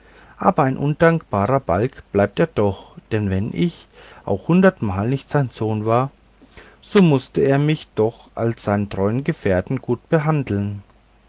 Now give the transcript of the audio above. aber ein undankbarer balg bleibt er doch denn wenn ich auch hundertmal nicht sein sohn war so mußte er mich doch als seinen treuen gefährten gut behandeln